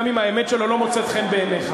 גם אם האמת שלו לא מוצאת חן בעיניך.